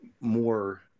more